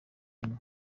imwe